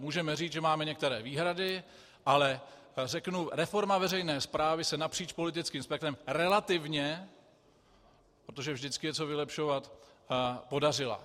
Můžeme říci, že máme některé výhrady, ale reforma veřejné správy se napříč politickým spektrem relativně, protože vždycky je co vylepšovat, podařila.